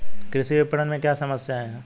कृषि विपणन में क्या समस्याएँ हैं?